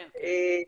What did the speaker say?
כן, כן.